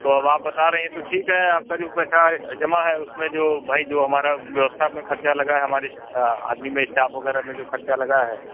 तो अब आप बता रहे हैं तो ठीक है आपका जो पैसा जमा है उस में जो भाई जो हमारा व्यवस्था में ख़र्चा लगा है हमारे आदमी में स्टाफ वग़ैरह में जो ख़र्चा लगा है